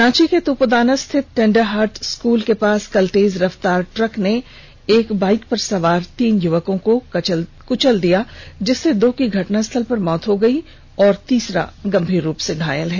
रांची के तुपुदाना स्थित Tender Heart School के पास कल तेज रफ्तार ट्रक ने एक बाइक पर सवार तीन युवर्को को कुचल दिया जिसमें दो की घटनास्थल पर ही मौत हो गई जबकि तीसरा गंभीर रूप से घायल है